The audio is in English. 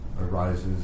arises